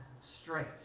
straight